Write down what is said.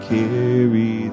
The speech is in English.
carry